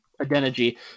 identity